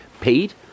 paid